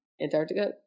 Antarctica